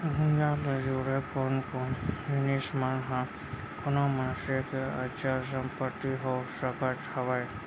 भूइयां ले जुड़े कोन कोन जिनिस मन ह कोनो मनसे के अचल संपत्ति हो सकत हवय?